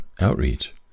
outreach